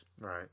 Right